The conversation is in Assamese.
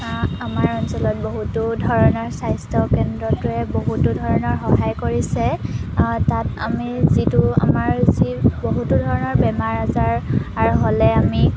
আমাৰ অঞ্চলত বহুতো ধৰণৰ স্বাস্থ্য কেন্দ্ৰটোৱে বহুতো ধৰণৰ সহায় কৰিছে তাত আমি যিটো আমাৰ যি বহুতো ধৰণৰ বেমাৰ আজাৰ হ'লে আমি